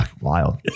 Wild